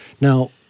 Now